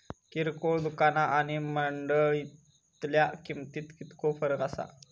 किरकोळ दुकाना आणि मंडळीतल्या किमतीत कितको फरक असता?